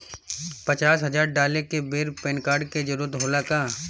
पचास हजार डाले के बेर पैन कार्ड के जरूरत होला का?